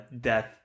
death